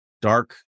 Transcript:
dark